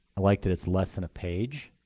i liked that it's less than a page.